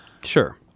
Sure